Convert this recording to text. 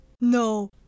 No